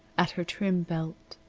at her trim belt.